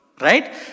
right